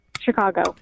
Chicago